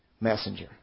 messenger